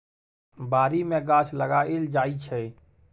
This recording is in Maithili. बारी मे गाछ लगाएल जाइ छै